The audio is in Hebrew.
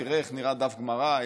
יראה איך נראה דף גמרא,